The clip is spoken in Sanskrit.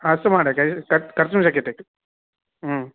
अस्तु महोदय कर्तुं शक्यते